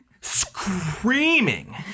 screaming